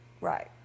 Right